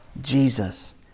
Jesus